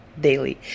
daily